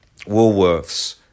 Woolworths